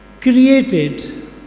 created